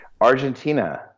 Argentina